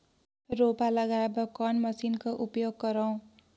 रोपा लगाय बर कोन मशीन कर उपयोग करव?